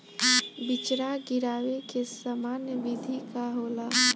बिचड़ा गिरावे के सामान्य विधि का होला?